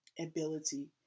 ability